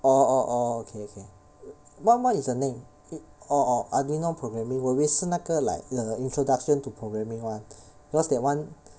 oh oh oh okay okay what what is the name orh orh arduino programming 我以为是那个 like err introduction to programming one because that one